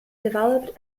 developed